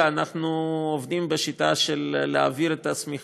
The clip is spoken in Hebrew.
אני לא חושב שהמצב של זיהום האוויר באזור שציינת